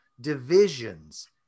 divisions